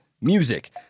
music